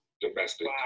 domestic